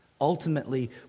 ultimately